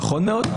נכון מאוד.